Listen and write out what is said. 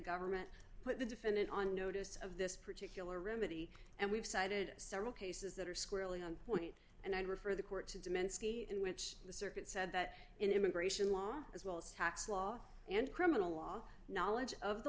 government put the defendant on notice of this particular remedy and we've cited several cases that are squarely on point and i refer the court to demen ski in which the circuit said that immigration law as well as tax law and criminal law knowledge of the